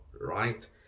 right